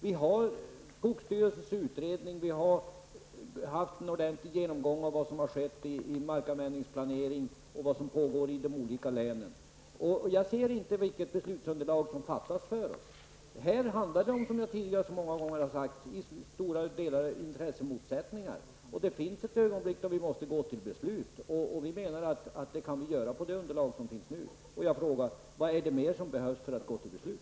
Vi har skogsstyrelsens utredning, vi har haft en ordentlig genomgång av vad som har skett i markanvändningsplaneringen och vad som pågår i de olika länen. Jag ser inte vad det är för beslutsunderlag som fattas. Det handlar här, som jag har sagt så många gånger tidigare, om stora intressemotsättningar. Det finns ett ögonblick då vi måste gå till beslut. Det kan vi göra med det underlag som finns. Vad är det mer som behövs för att gå till beslut?